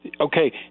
Okay